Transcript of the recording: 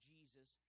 Jesus